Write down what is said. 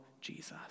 Jesus